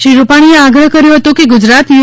શ્રી રૂપાણીએ આગ્રહ કર્યો હતો કે ગુ જરાત યુ